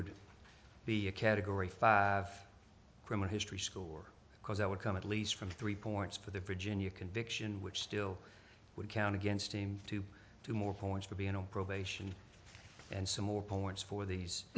would be a category five criminal history score because i would come at least from three points for the virginia conviction which still would count against him to two more points for being on probation and some more points for these